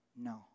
No